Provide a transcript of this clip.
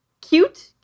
cute